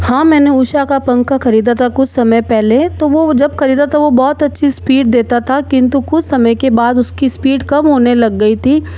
हाँ मैंने उषा का पंखा खरीदा था कुछ समय पहले तो वह जब खरीदा था वह बहुत अच्छी स्पीड देता था किंतु कुछ समय के बाद उसकी स्पीड कम होने लग गई थी और